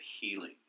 healing